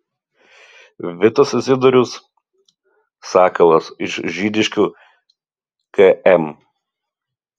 vitas izidorius sakalas iš žydiškių km